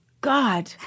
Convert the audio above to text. God